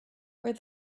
where